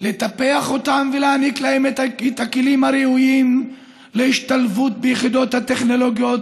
לטפח אותם ולהעניק להם את הכלים הראויים להשתלבות ביחידות הטכנולוגיות